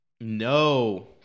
No